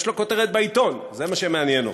יש לו כותרת בעיתון, זה מה שמעניין אותו.